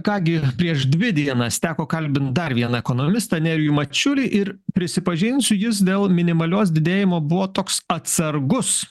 ką gi prieš dvi dienas teko kalbint dar vieną ekonomistą nerijų mačiulį ir prisipažinsiu jis dėl minimalios didėjimo buvo toks atsargus